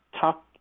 talk